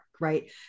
right